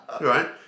Right